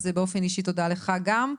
אז באופן אישי תודה לך גם,